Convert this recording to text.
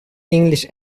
english